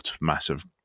massive